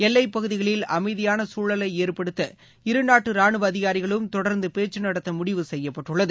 எல்லைப்பகுதிகளில் அமைதியான சூழலை ஏற்படுத்த இருநாட்டு ராணுவ அதிகாரிகளும் தொடர்ந்து பேச்சு நடத்த முடிவு செய்யப்பட்டுள்ளது